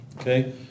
Okay